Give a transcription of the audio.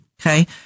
Okay